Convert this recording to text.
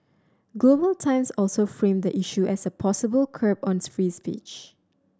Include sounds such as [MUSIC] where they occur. Global Times also framed the issue as a possible curb on [UNINTELLIGIBLE] free speech